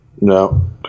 No